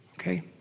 okay